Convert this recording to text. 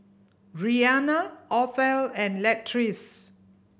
Rianna Othel and Latrice